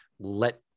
let